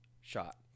shot